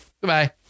Goodbye